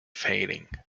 failing